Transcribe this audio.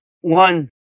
one